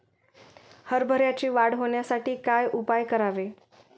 हरभऱ्याची वाढ होण्यासाठी काय उपाय करावे?